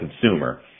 consumer